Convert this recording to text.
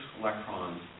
electrons